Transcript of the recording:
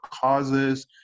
causes